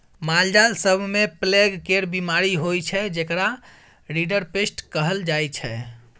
मालजाल सब मे प्लेग केर बीमारी होइ छै जेकरा रिंडरपेस्ट कहल जाइ छै